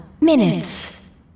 minutes